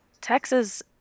texas